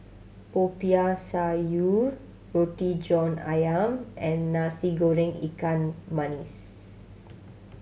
Popiah Sayur Roti John Ayam and Nasi Goreng ikan